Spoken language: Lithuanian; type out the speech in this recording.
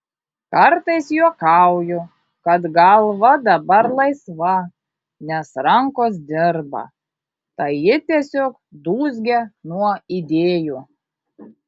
kartais juokauju kad galva dabar laisva nes rankos dirba tai ji tiesiog dūzgia nuo idėjų